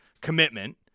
commitment